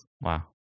Wow